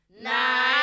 nine